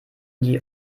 die